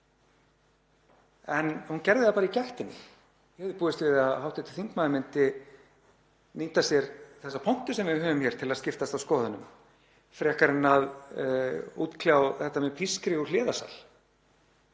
en hún gerði það bara í gættinni. Ég hefði búist við að hv. þingmaður myndi nýta sér þessa pontu sem við höfum hér til að skiptast á skoðunum frekar en að útkljá þetta með pískri úr hliðarsal.